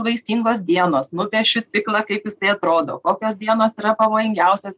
vaisingos dienos nupiešiu ciklą kaip jisai atrodo kokios dienos yra pavojingiausios